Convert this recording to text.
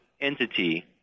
entity